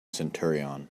centurion